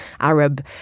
Arab